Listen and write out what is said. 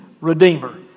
redeemer